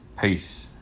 peace